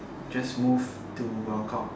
just move to buangkok